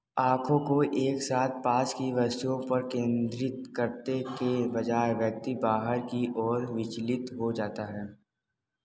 आँखों को एक साथ पास की वस्तु पर केंद्रित करते के बजाय व्यक्ति बाहर की ओर विचलित हो जाता है